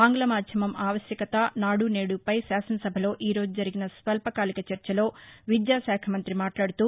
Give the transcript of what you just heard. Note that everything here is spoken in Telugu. ఆంగ్లమాధ్యమం ఆవశ్యకత నాడు నేడుపై శాసనసభలో ఈరోజు జరిగిన స్వల్పకాలిక చర్చలో విద్యాశాఖ మంత్రి మాట్లాడుతూ